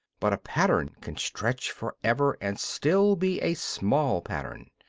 but a pattern can stretch for ever and still be a small pattern.